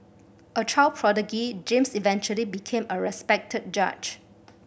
a child prodigy James eventually became a respected judge